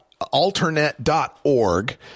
Alternet.org